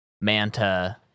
Manta